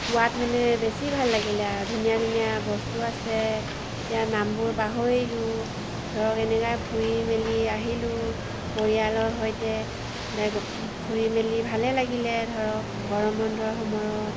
গোৱাত মানে বেছি ভাল লাগিলে আৰু ধুনীয়া ধুনীয়া বস্তু আছে এতিয়া নামবোৰ পাহৰিলোঁ ধৰক এনেকৈ ফুৰি মেলি আহিলোঁ পৰিয়ালৰ সৈতে ফুৰি মেলি ভালেই লাগিলে ধৰক গৰম বন্ধৰ সময়ত